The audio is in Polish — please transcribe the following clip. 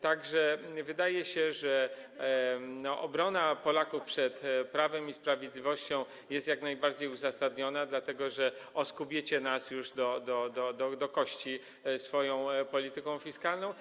Tak że wydaje się, że obrona Polaków przed Prawem i Sprawiedliwością jest jak najbardziej uzasadniona, dlatego że oskubiecie nas już do kości swoją polityką fiskalną.